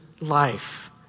life